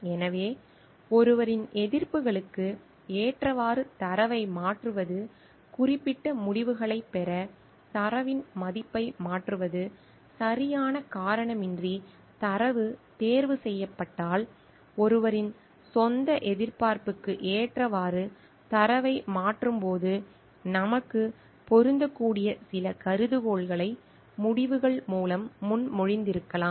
எனவே ஒருவரின் எதிர்பார்ப்புகளுக்கு ஏற்றவாறு தரவை மாற்றுவது குறிப்பிட்ட முடிவுகளைப் பெற தரவின் மதிப்பை மாற்றுவது சரியான காரணமின்றி தரவுத் தேர்வு செய்யப்பட்டால் ஒருவரின் சொந்த எதிர்பார்ப்புக்கு ஏற்றவாறு தரவை மாற்றும்போது நமக்குப் பொருந்தக்கூடிய சில கருதுகோள்களை முடிவுகள் மூலம் முன்மொழிந்திருக்கலாம்